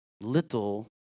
little